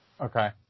Okay